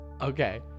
Okay